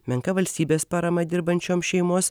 menka valstybės parama dirbančioms šeimos